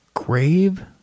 Grave